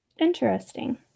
Interesting